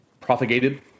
propagated